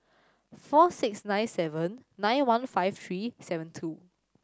four six nine seven nine one five three seven two